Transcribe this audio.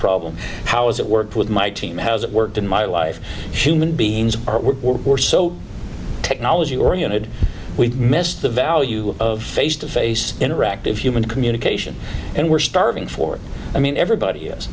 problem how is it worked with my team has it worked in my life human beings who are so technology oriented we missed the value of face to face interactive human communication and were starving for i mean everybody